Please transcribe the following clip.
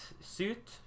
suit